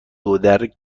کرایه